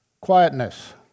Quietness